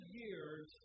years